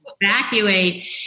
evacuate